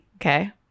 Okay